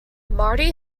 marty